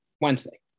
Wednesday